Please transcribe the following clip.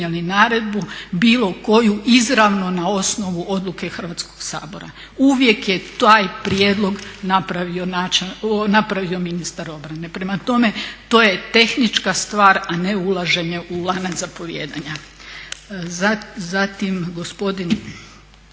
naredbu bilo koju izravno na osnovu odluke Hrvatskoga sabora. Uvijek je taj prijedlog napravio ministar obrane. Prema tome, to je tehnička stvar a ne ulaženje u lanac zapovijedanja. Zatim gospodin